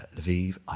Lviv